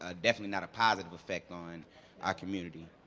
ah definitely not a positive effect on our community.